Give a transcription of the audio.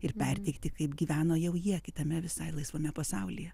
ir perteikti kaip gyveno jau jie kitame visai laisvame pasaulyje